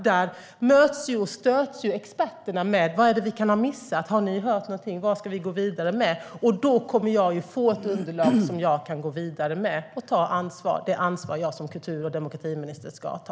Där möts experterna för att diskutera vad de kan ha missat och vad de ska gå vidare med. Då kommer jag att få ett underlag som jag kan gå vidare med och ta det ansvar som jag som kultur och demokratiminister ska ta.